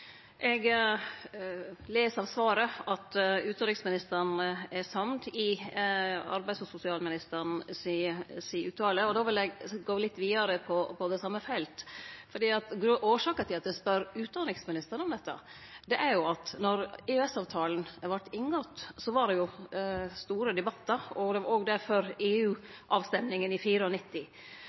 Eg les av svaret at utanriksministeren er samd i arbeids- og sosialministeren si uttale. Då vil eg gå litt vidare på det same feltet. Årsaka til at eg spør utanriksministeren om dette, er at då EØS-avtalen vart inngått, var det store debattar og difor òg ei EU-avstemming i 1994. Under ein direktesend debatt i